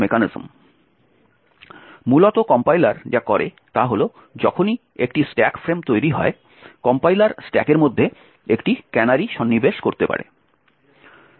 মূলত কম্পাইলার যা করে তা হল যখনই একটি স্ট্যাক ফ্রেম তৈরি হয় কম্পাইলার স্ট্যাকের মধ্যে একটি ক্যানারি সন্নিবেশ করতে পারে